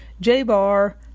J-Bar